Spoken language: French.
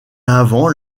avant